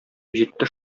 җитте